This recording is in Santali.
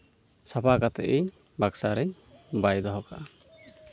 ᱥᱟᱯᱷᱟ ᱠᱟᱛᱮᱫ ᱤᱧ ᱵᱟᱠᱥᱚ ᱨᱤᱧ ᱵᱟᱭ ᱫᱚᱦᱚ ᱠᱟᱜᱼᱟ